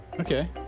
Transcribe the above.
Okay